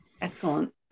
Excellent